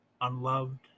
unloved